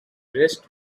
rest